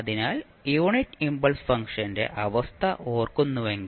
അതിനാൽ unit impulse ഫംഗ്ഷന്റെ അവസ്ഥ ഓർക്കുന്നുവെങ്കിൽ